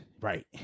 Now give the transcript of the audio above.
right